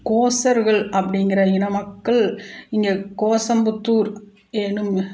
கோசர்கள் அப்படிங்குற இன மக்கள் இங்கே கோசம்புத்தூர் என்னும்